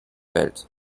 welt